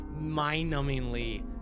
mind-numbingly